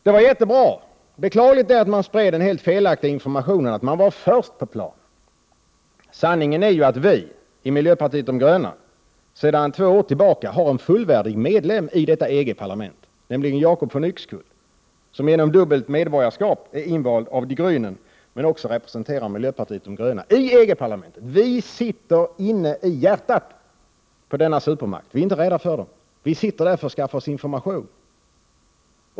Det var jättebra, men beklagligt att man spred felaktig information och sade att moderaterna var först på plats. Sanningen är att vi i miljöpartiet sedan två år tillbaka har en fullvärdig medlem i detta parlament, nämligen Jacob von Yxkull, som genom dubbelt medborgarskap är invald i Die Gränen men som också representerar miljöpartiet i detta parlament. Vi sitter inne i hjärtat på denna supermakt — vi är inte rädda för den. Vi sitter där för att skaffa oss information.